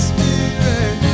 Spirit